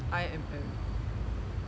I_M_M